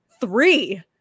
three